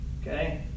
okay